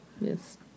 Yes